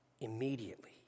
immediately